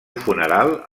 funeral